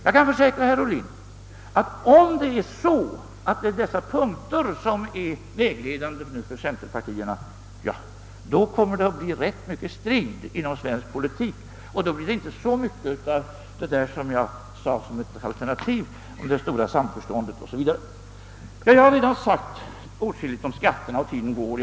Jag kan försäkra herr Ohlin att om de punkterna är vägledande för mittenpartierna, så kommer det att bli ganska mycken strid inom svensk politik! Då blir det inte så mycket av det jag angav som alternativ, det goda samförståndet etc. Herr talman! Här har redan ordats mycket om skatterna, och tiden går.